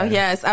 yes